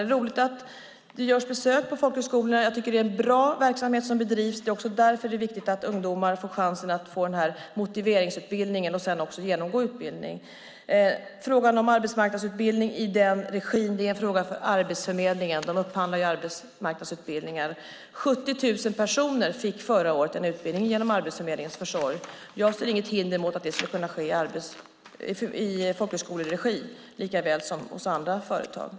Det är roligt att det görs besök på folkhögskolorna. Det är en bra verksamhet som bedrivs. Det är därför det är viktigt att ungdomar får chansen att få motiveringsutbildningen och sedan också genomgå utbildning. Frågan om arbetsmarknadsutbildning i den regin är en fråga för Arbetsförmedlingen som upphandlar arbetsmarknadsutbildningar. Förra året fick 70 000 personer en utbildning genom Arbetsförmedlingens försorg. Jag ser inget hinder mot att det skulle kunna ske i folkhögskoleregi likaväl som hos andra företag.